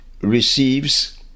receives